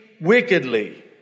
wickedly